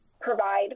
provide